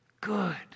good